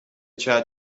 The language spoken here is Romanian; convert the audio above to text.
ceea